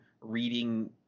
reading